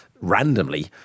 randomly